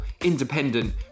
independent